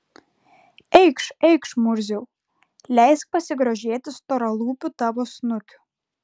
eikš eikš murziau leisk pasigrožėti storalūpiu tavo snukiu